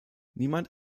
niemand